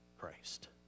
Christ